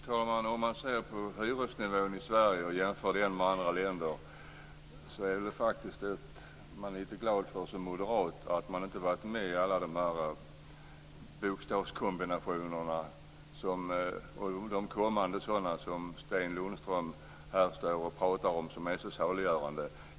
Fru talman! Om man ser på hyresnivån i Sverige och jämför den med andra länders så är man faktiskt som moderat lite glad för att man inte har varit med i alla de tidigare bokstavskombinationer - och de kommande - som Sten Lundström här står och pratar om som är så saliggörande.